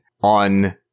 on